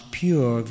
pure